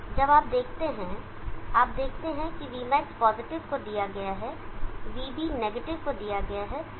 जब आप देखते हैं आप देखते हैं कि vmax पॉजिटिव को दिया गया है vB नेगेटिव को दिया गया है